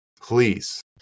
Please